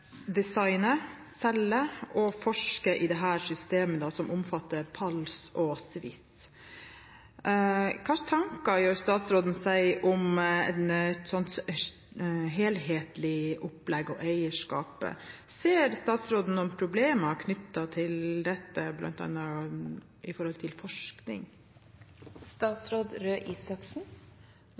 designer, selger og forsker i dette systemet som omfatter PALS og SWIS. Hva slags tanker gjør statsråden seg om et slikt helhetlig opplegg og eierskap? Ser statsråden noe problem knyttet til dette bl.a når det gjelder forskning?